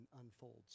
unfolds